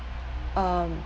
um